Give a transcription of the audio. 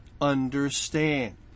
understand